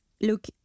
look